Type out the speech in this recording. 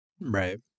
Right